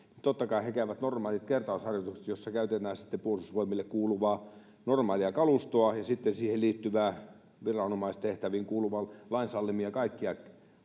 totta kai käyvät normaalit kertausharjoitukset, joissa käytetään Puolustusvoimille kuuluvaa normaalia kalustoa ja sitten esimerkiksi siihen liittyvää viranomaistehtäviin kuuluvia lain sallimia kaikkia